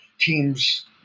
teams